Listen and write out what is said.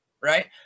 Right